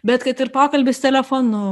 bet kad ir pokalbis telefonu